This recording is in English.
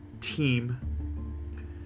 team